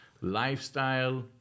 lifestyle